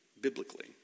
biblically